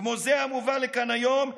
כמו זה המובא לכאן היום,